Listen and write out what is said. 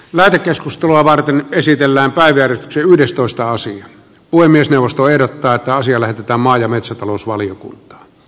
lähetekeskustelua varten esitellään päiväretki yhdestoista sija puhemiesneuvosto ehdottaa että asia lähetetään maa ja metsätalousvaliokuntaan